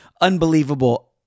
Unbelievable